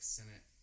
Senate